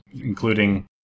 including